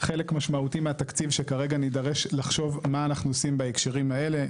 חלק משמעותי מהתקציב שכרגע נידרש לחשוב מה אנחנו עושים בהקשרים האלה,